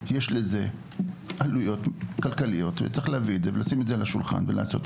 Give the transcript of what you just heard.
יש לזה עלויות כלכליות וצריך להביא את זה ולשים את זה על השולחן ולעשות.